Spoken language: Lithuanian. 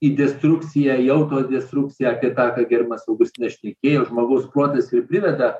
į destrukciją į autodestrukciją apie tą ką gerbiamas augustinas šnekėjo žmogaus protas ir priveda